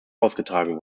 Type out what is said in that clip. ausgetragen